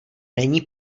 není